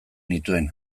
nituen